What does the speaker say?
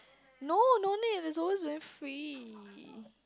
no no need there's always very free